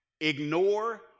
ignore